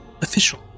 official